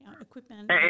equipment